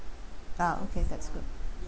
ah okay that's good